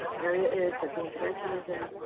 area is that the intervention is in.